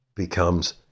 becomes